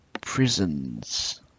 Prisons